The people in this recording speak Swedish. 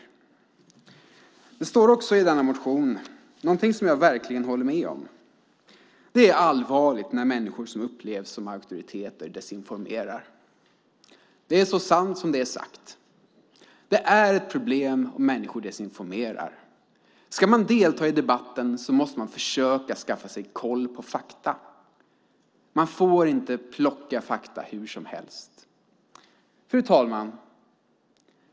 I motionen står också någonting som jag verkligen håller med om, nämligen att det är allvarligt när människor som upplevs som auktoriteter desinformerar. Det är så sant som det är sagt. Det är ett problem om människor desinformerar. Ska man delta i debatten måste man försöka skaffa sig koll på fakta. Man får inte plocka fakta hur som helst. Fru ålderspresident!